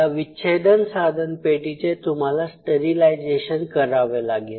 या विच्छेदन साधनपेटीचे तुम्हाला स्टरीलाईजेशन करावे लागेल